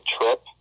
trip